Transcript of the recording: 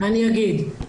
אני אגיד.